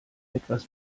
etwas